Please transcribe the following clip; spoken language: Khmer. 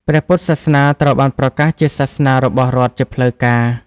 ព្រះពុទ្ធសាសនាត្រូវបានប្រកាសជាសាសនារបស់រដ្ឋជាផ្លូវការ។